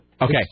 Okay